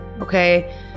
okay